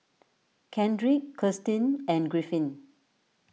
Kendrick Kirstin and Griffin